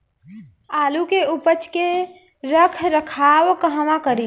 आलू के उपज के रख रखाव कहवा करी?